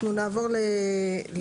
אנחנו נעבור לחוק,